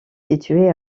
situé